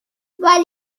والیبال